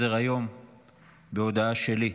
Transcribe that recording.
אני חייב להתחיל את סדר-היום בהודעה שלי.